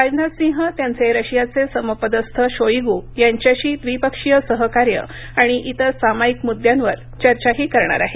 राजनाथसिंह त्यांचे रशियाचे समपदस्थ शोइगु यांच्याशी द्विपक्षीय सहकार्य आणि इतर सामायिक मुद्द्यांवर चर्चाही करणार आहेत